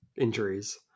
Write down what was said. injuries